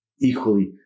equally